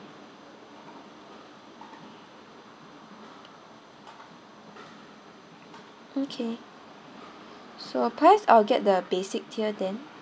um okay so the price I'll get the basic tier then